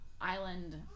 island